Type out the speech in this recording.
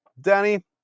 Danny